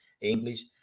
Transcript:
English